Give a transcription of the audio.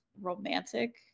romantic